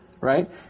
right